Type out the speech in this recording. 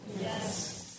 Yes